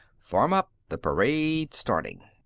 form up the parade's starting.